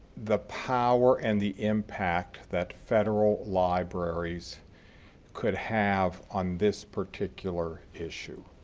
the power and the impact that federal libraries could have on this particular issue.